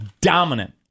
dominant